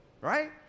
Right